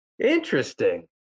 Interesting